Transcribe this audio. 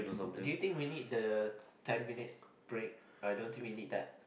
do you think we need the ten minutes break I don't think we need that